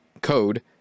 code